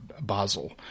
Basel